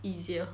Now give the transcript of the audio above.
easier